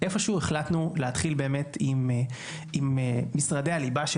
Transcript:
איפשהו החלטנו להתחיל באמת עם משרדי הליבה של